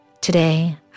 Today